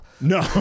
No